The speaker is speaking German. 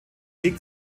liegt